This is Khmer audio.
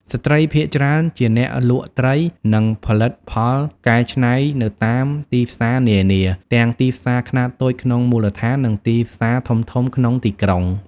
ស្ត្រីភាគច្រើនជាអ្នកលក់ត្រី និងផលិតផលកែច្នៃនៅតាមទីផ្សារនានា ទាំងទីផ្សារខ្នាតតូចក្នុងមូលដ្ឋាន និងទីផ្សារធំៗក្នុងទីក្រុង។